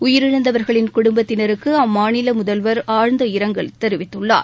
உயிரிழந்தவர்களின் குடும்பத்தினருக்கு அம்மாநில முதல்வர் ஆழ்ந்த இரங்கல் தெரிவித்துள்ளார்